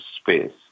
space